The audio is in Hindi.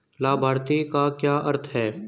लाभार्थी का क्या अर्थ है?